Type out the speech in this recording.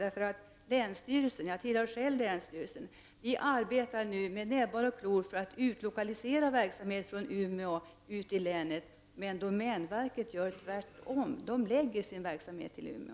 Länsstyrelsen arbetar — jag tillhör själv länsstyrelsen — nu med näbbar och klor för att utlokalisera verksamhet från Umeå in i länet, men domänverket gör tvärtom och förlägger sin verksamhet till Umeå.